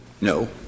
No